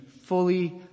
fully